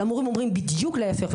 אבל המורים אומרים בדיוק להיפך.